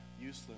useless